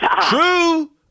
True